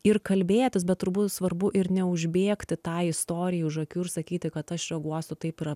ir kalbėtis bet turbūt svarbu ir neužbėgti tai istorijai už akių ir sakyti kad aš reaguosiu taip yra